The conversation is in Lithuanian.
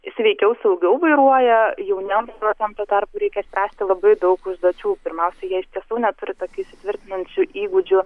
sveikiau saugiau vairuoja jau ne procentų tuo tarpu reikia spręsti labai daug užduočių pirmiausia jie iš tiesų neturi tokių įsitvirtinančių įgūdžių